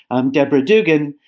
um deborah doogan,